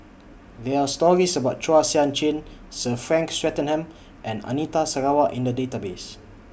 There Are stories about Chua Sian Chin Sir Frank Swettenham and Anita Sarawak in The Database